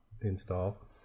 install